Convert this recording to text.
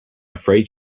afraid